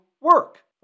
work